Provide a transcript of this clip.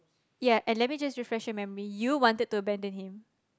ya and let me just refresh your memory you wanted to abandon him